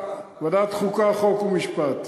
ועדת החוקה, חוק ומשפט.